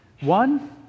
One